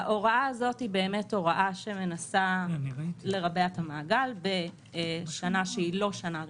ההוראה הזאת היא הוראה שמנסה לרבע את המעגל בשנה שהיא לא שנה רגילה.